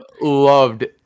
loved